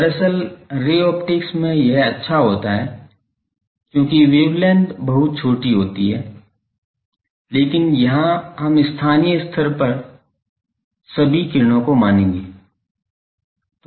दरअसल ray optics में यह अच्छा होता है क्योंकि वेवलेंथ बहुत छोटी होती हैं लेकिन यहां हम स्थानीय स्तर पर सभी किरणों को मानेंगे